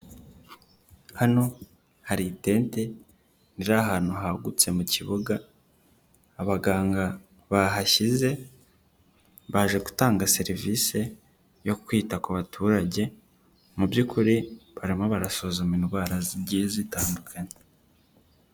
Hano hari itente riri ahantu hagutse mu kibuga abaganga bahashyize, baje gutanga serivisi yo kwita ku baturage, mu by'ukuri barimo barasuzuma indwara zigiye zitandukanye.